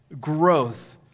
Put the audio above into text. Growth